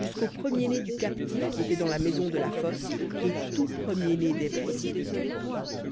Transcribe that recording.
jusqu'au premier-né du captif qui était dans la maison de la fosse et tout premier-né des bêtes